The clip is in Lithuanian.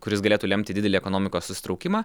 kuris galėtų lemti didelį ekonomikos susitraukimą